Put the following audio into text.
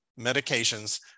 medications